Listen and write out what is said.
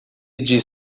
diz